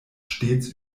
stets